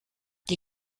die